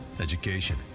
education